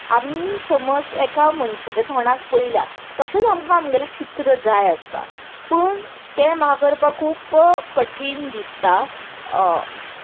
आमी समज एका मनशाच्या तोंडाक पळयलां तशेंच आमकां आमगेलें चित्र जाय आसता पूण तें म्हाका करपाक खूब कठीण दिसता